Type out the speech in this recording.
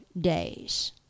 days